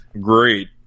Great